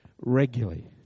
regularly